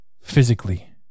physically